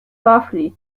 roughly